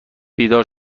بیدار